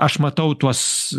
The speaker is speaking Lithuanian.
aš matau tuos